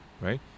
right